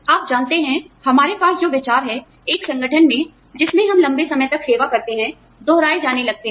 आप जानते हैं कि हमारे पास जो विचार हैं एक संगठन में जिसमें हम लंबे समय तक सेवा करते हैं दोहराए जाने लगते हैं